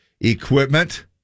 equipment